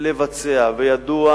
הרעיון